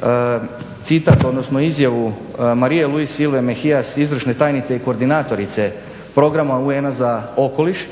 i na citat, odnosno izjavu Marie Luise Silve Mejias, izvršne tajnice i koordinatorice programa UN-a za okoliš